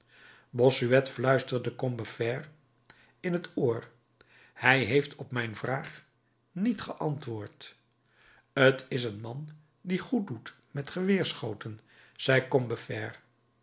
bossuet fluisterde combeferre in t oor hij heeft op mijn vraag niet geantwoord t is een man die goed doet met geweerschoten zei combeferre